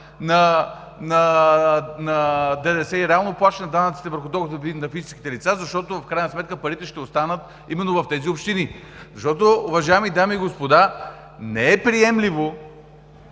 на ДДС – реално плащане на данъците върху доходите на физическите лица, защото в крайна сметка парите ще останат именно в тези общини. Защото, уважаеми дами и господа, не е приемливо